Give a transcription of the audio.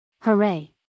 Hooray